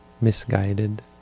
misguided